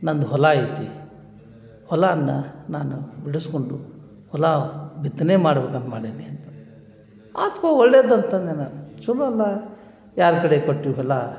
ನಂದು ಹೊಲ ಐತಿ ಹೊಲ ಅನ್ನು ನಾನು ಬಿಡಿಸ್ಕೊಂಡು ಹೊಲ ಬಿತ್ತನೆ ಮಾಡ್ಬೇಕಂತ ಮಾಡೀನಿ ಅಂತ ಆತಪ್ಪ ಒಳ್ಳೇದು ಅಂತ ಅಂದೆ ನಾನು ಚಲೋ ಅಲ್ಲ ಯಾರ ಕಡೆ ಕೊಟ್ಟರು ಹೊಲ